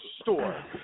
store